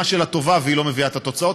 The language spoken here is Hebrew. שלה טובה והיא לא מביאה את התוצאות,